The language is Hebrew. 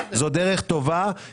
זו דרך טובה.